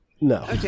No